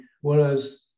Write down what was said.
Whereas